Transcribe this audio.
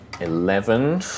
eleven